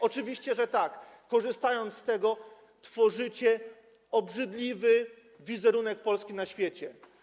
oczywiście, że tak, korzystając z tego, tworzycie obrzydliwy wizerunek Polski na świecie.